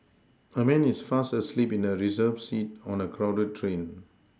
a man is fast asleep in a Reserved seat on a crowded train